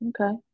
Okay